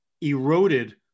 eroded